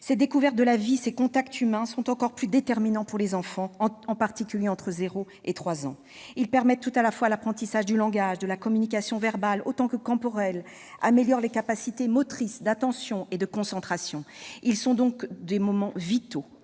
ces découvertes de la vie, ces contacts humains sont encore plus déterminants pour les enfants, en particulier entre zéro et trois ans. Ils permettent tout à la fois l'apprentissage du langage, de la communication verbale et corporelle. Ils améliorent les capacités motrices, d'attention et de concentration. Ils sont donc des moments vitaux